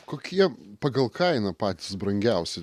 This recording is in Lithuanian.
kokie pagal kainą patys brangiausi